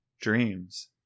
dreams